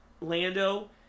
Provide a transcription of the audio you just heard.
Lando